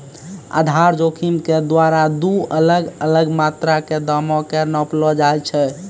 आधार जोखिम के द्वारा दु अलग अलग मात्रा के दामो के नापलो जाय छै